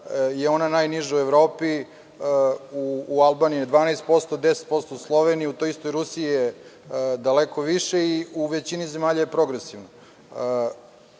je ona najniža u Evropi, u Albaniji je 12%, 10% je u Sloveniji, a u toj istoj Rusiji je daleko više i u većini zemalja je progresivno. Brzina